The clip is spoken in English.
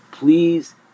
Please